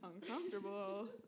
uncomfortable